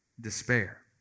despair